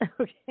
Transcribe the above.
Okay